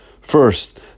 first